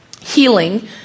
Healing